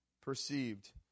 perceived